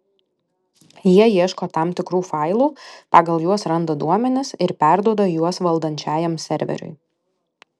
jie ieško tam tikrų failų pagal juos randa duomenis ir perduoda juos valdančiajam serveriui